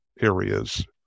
areas